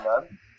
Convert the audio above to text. man